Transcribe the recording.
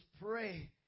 pray